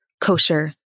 kosher